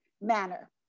manner